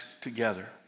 together